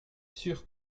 sûr